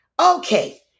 Okay